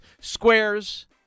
squares